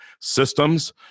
systems